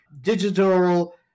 digital